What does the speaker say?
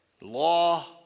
law